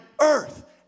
earth